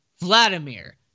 Vladimir